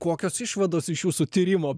kokios išvados iš jūsų tyrimo